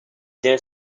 their